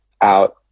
out